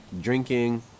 drinking